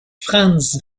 franz